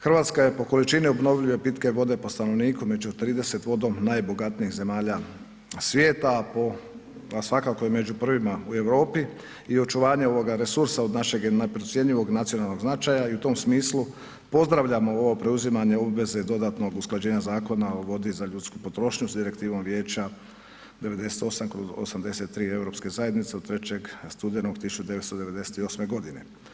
Hrvatska je po količini obnovljive pitke vode po stanovniku među 30 vodom najbogatijih zemalja svijeta a svakako je među prvima u Europi i očuvanje ovog resursa od našeg je neprocjenjivog nacionalnog značaja i u tom smislu pozdravljamo ovo preuzimanje obveze dodatnog usklađenja Zakona o vodi za ljudsku potrošnju s Direktivom vijeća 98/83 EZ-a od 3. studenog 198. godine.